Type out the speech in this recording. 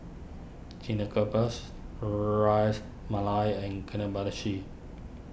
Ras Malai and